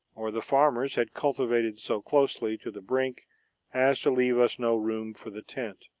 or the farmers had cultivated so closely to the brink as to leave us no room for the tent.